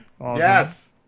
Yes